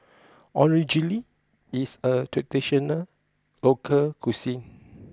Onigiri is a traditional local cuisine